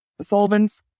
solvents